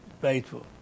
faithful